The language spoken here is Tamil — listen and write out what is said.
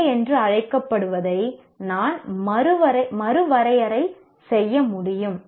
ஏ என்று அழைக்கப்படுவதை நான் மறுவரையறை செய்ய முடியும்